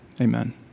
Amen